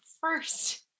first